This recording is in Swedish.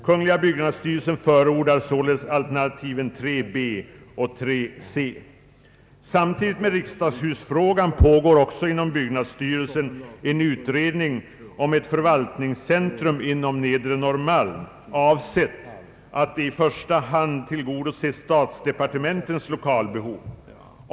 Kungl. byggnadsstyrelsen förordar således alternativen 3 b och 3 c. Samtidigt med = riksdagshusfrågan drivs också inom byggnadsstyrelsen en utredning om ett förvaltningscentrum inom Nedre Norrmalm, avsett att i första hand tillgodose statsdepartementens lokalbehov.